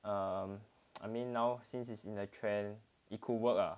um I mean now since is in a trend it could work ah